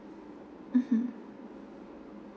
mmhmm